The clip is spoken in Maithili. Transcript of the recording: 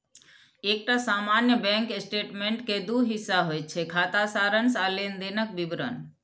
एकटा सामान्य बैंक स्टेटमेंट के दू हिस्सा होइ छै, खाता सारांश आ लेनदेनक विवरण